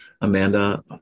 Amanda